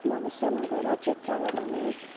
भविष्यमा गएर चित्र बनाउने